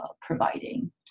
providing